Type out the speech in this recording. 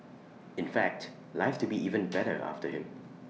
in fact life to be even better after him